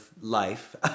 life